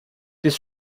this